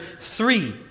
three